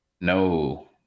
No